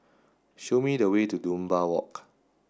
show me the way to Dunbar Walk